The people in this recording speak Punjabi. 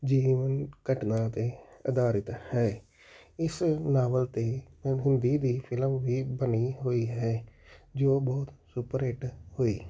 ਜੀਵਨ ਘਟਨਾ 'ਤੇ ਆਧਾਰਿਤ ਹੈ ਇਸ ਨਾਵਲ 'ਤੇ ਦੀ ਵੀ ਫਿਲਮ ਵੀ ਬਣੀ ਹੋਈ ਹੈ ਜੋ ਬਹੁਤ ਸੁਪਰਹਿਟ ਹੋਈ